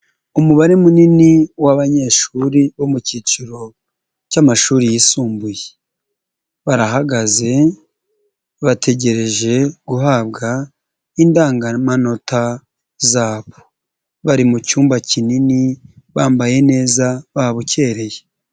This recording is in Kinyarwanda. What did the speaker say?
Umubare munini w'abanyeshuri bo mu cyiciro cy'amashuri yisumbuye barahagaze bategereje guhabwa indangamanota zabo, bari mu cyumba kinini bambaye neza babukereye.